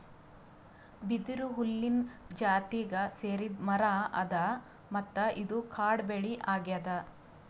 ಬಿದಿರು ಹುಲ್ಲಿನ್ ಜಾತಿಗ್ ಸೇರಿದ್ ಮರಾ ಅದಾ ಮತ್ತ್ ಇದು ಕಾಡ್ ಬೆಳಿ ಅಗ್ಯಾದ್